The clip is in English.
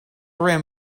rim